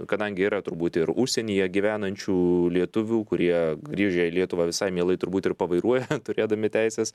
kadangi yra turbūt ir užsienyje gyvenančių lietuvių kurie grįžę į lietuvą visai mielai turbūt ir pavairuoja turėdami teises